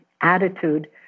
attitude